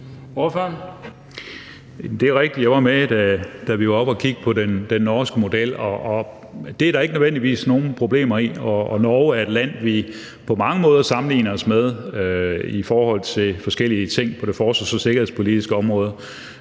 Det er rigtigt, at jeg var med, da vi var oppe at kigge på den norske model, og det er der ikke nødvendigvis nogen problemer i. Norge er et land, vi på mange måder sammenligner os med i forhold til forskellige ting på det forsvars- og sikkerhedspolitiske område.